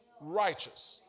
righteous